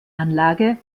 anlage